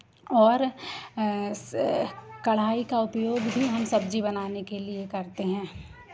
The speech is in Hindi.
और कड़ाही का उपयोग भी हम सब्ज़ी बनाने के लिए करते हैं